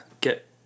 get